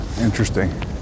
interesting